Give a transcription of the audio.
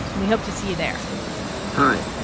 and we hope to see you there hi,